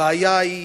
הבעיה היא